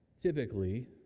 Typically